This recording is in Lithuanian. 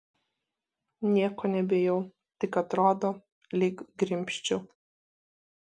nieko nebijau tik atrodo lyg grimzčiau